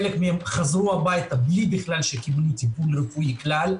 חלק מהם חזרו לביתם בלי שקיבלו טפול רפואי כלל,